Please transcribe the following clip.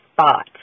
spot